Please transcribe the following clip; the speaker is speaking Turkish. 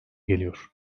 geliyor